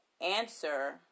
Answer